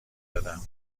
دادم